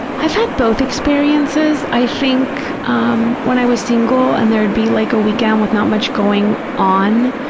i've had both experiences. i think um when i was single and there'd be like a weekend with not much going on,